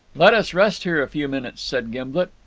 let us rest here a few minutes, said gimblet.